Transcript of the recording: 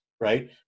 right